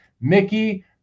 Mickey